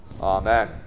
Amen